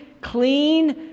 clean